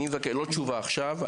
לא תשובה עכשיו,